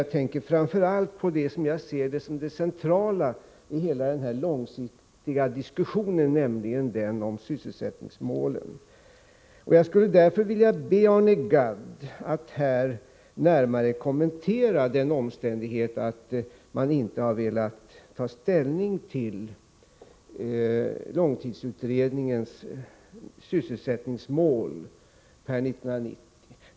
Jag tänker framför allt på det som jag ser som det centrala i hela diskussionen om den långsiktiga planeringen, nämligen sysselsättningsmålen. Jag skulle därför vilja be Arne Gadd att närmare kommentera den omständigheten att man inte har velat ta ställning till långtidsutredningens sysselsättningsmål per 1990.